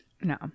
No